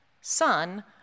son